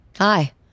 Hi